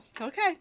Okay